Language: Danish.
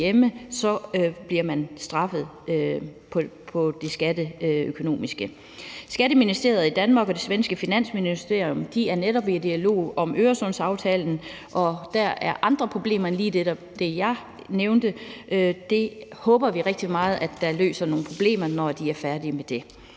bliver man straffet på det skatteøkonomiske. Skatteministeriet i Danmark og det svenske finansministerium er netop i dialog om Øresundsaftalen, og der er andre problemer end lige netop det, jeg nævnte. Det håber vi rigtig meget løser nogle problemer, når de er færdige med det.